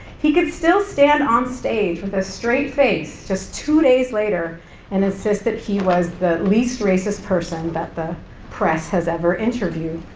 he could still stand on stage ah straight face just two days later and insist that he was the least racist person that the press has ever interviewed.